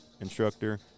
instructor